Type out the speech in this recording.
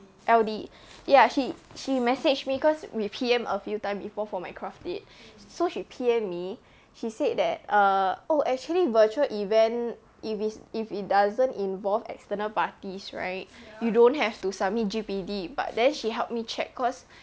L_D ya she she message me cause we P_M a few time before for my craft it so she P_M me she said that err oh actually virtual event if is if it doesn't involve external parties right you don't have to submit G_P_D but then she help me check cause